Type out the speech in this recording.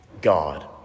God